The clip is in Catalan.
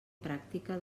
pràctica